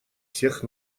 всех